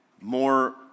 more